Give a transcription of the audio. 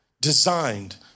designed